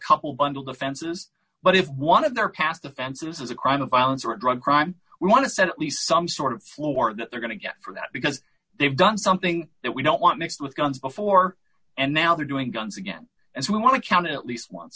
couple bundled offenses but if one of their past offenses is a crime of violence or a drug crime we want to set at least some sort of floor that they're going to get for that because they've done something that we don't want mixed with guns before and now they're doing guns again as we want to count at least once